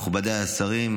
מכובדיי השרים,